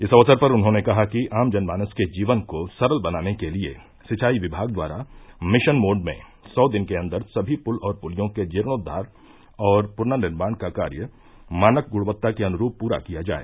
इस अवसर पर उन्होंने कहा कि आम जन मानस के जीवन को सरल बनाने के लिये सिंचाई विभाग द्वारा मिशन मोड में सौ दिन के अन्दर समी पुल और पुलियों के जीर्णोद्वार और पुनर्निमाण का कार्य मानक गुणवत्ता के अनुरूप पूरा किया जाए